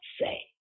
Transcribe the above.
say